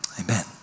Amen